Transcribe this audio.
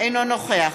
אינו נוכח